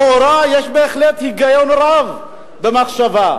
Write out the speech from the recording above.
לכאורה, יש בהחלט היגיון רב במחשבה.